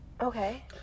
Okay